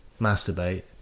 masturbate